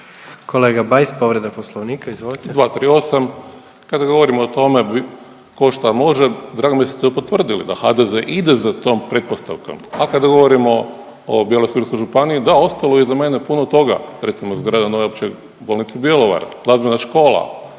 Kolega Bajs povreda Poslovnika, izvolite. **Bajs, Damir (Fokus)** 238. Kad govorimo o tome tko šta može drago mi je da ste potvrdili da HDZ ide za tom pretpostavkom, a kad govorimo u Bjelovarskoj-bilogorskoj županiji da, ostalo je iza mene puno toga recimo zgrada nove Opće bolnice Bjelovar, Glazbena škola,